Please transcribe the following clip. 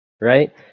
Right